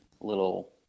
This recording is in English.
little